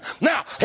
now